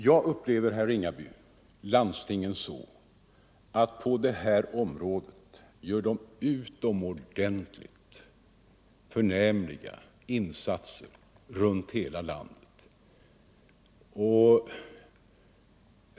Jag upplever det så, herr Ringaby, att tandläkarna runt om i landet gör förnämliga insatser i folktandvården.